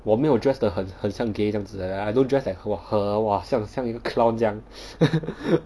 我没有 dress 的很很像 gay 这样子 leh like I don't dress like !wah! 很 !wah! 很像 like 一个 clown 这样